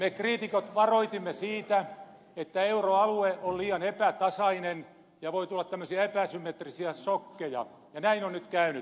me kriitikot varoitimme siitä että euroalue on liian epätasainen ja voi tulla tämmöisiä epäsymmetrisiä sokkeja ja näin on nyt käynyt